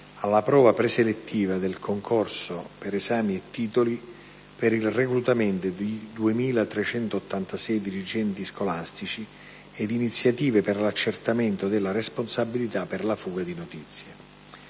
alla prova preselettiva del concorso per esami e titoli per il reclutamento di 2.386 dirigenti scolastici ed iniziative per l'accertamento della responsabilità per la fuga di notizie.